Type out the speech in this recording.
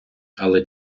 але